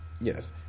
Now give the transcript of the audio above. Yes